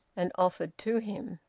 and offered to him.